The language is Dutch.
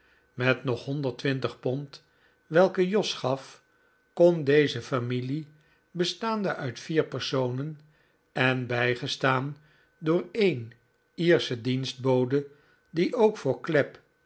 met nog honderd twintig pond welke jos gaf kon deze familie bestaande uit vier personen en bijgestaan door een iersche dienstbode die ook voor clapp